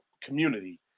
community